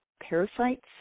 parasites